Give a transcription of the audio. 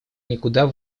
никуда